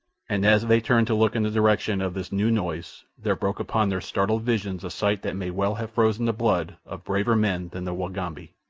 and as they turned to look in the direction of this new noise there broke upon their startled visions a sight that may well have frozen the blood of braver men than the wagambi.